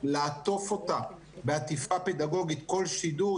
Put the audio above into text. לעטוף אותה בעטיפה פדגוגית בכל שידור.